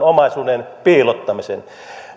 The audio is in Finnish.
omaisuuden piilottamisen